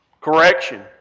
Correction